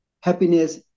happiness